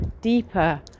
deeper